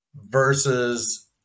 versus